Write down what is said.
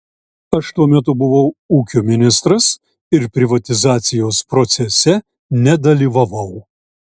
aš tuo metu buvau ūkio ministras ir privatizacijos procese nedalyvavau